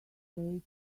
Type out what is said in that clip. placed